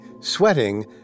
sweating